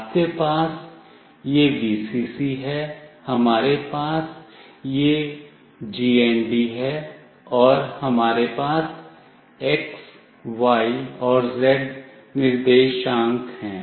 आपके पास यह Vcc है हमारे पास यह GND है और हमारे पास x y और z निर्देशांक हैं